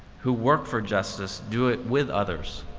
who work for justice do it with others,